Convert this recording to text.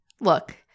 look